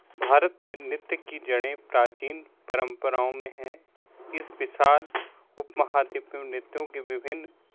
भारत में नृत्य की जड़ें प्राचीन परम्पराओं में हैं इस विशाल उपमहाद्वीप में नृत्यों की विभिन्न